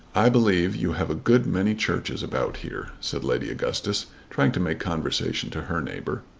i believe you have a good many churches about here, said lady augustus trying to make conversation to her neighbour.